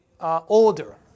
order